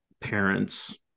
parents